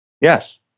Yes